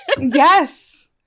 yes